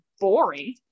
boring